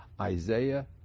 Isaiah